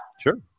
Sure